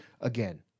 Again